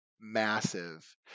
massive